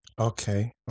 Okay